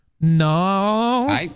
No